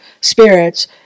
spirits